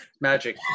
Magic